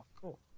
Cool